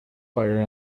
fire